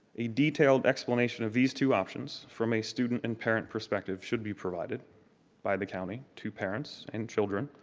a detailed explanation of these two options from a student and parent perspective should be provided by the county to parents and children,